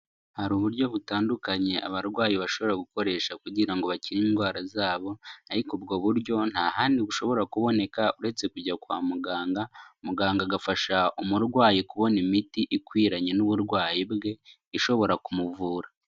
Hari uburyo butandukanye abarwayi bashobora gukoresha kugira ngo bakire indwara zabo ariko ubwo buryo nta handi bushobora kuboneka uretse kujya kwa muganga, muganga agafasha umurwayi kubona imiti ikwiranye n'uburwayi bwe ishobora kumuvura.